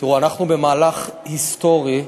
תראו, אנחנו במהלך היסטורי,